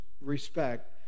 respect